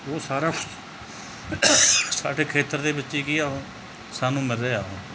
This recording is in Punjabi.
ਉਹ ਸਾਰਾ ਸਾਡੇ ਖੇਤਰ ਦੇ ਵਿੱਚ ਹੀ ਕੀ ਆ ਉਹ ਸਾਨੂੰ ਮਿਲ ਰਿਹਾ ਉਹ